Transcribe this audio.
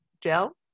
Gel